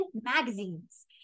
magazines